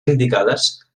indicades